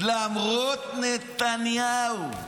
למרות נתניהו.